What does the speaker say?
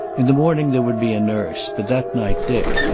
in the morning there would be a nurse, but that night dick,